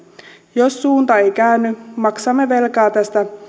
jos suunta ei käänny maksamme velkaa tästä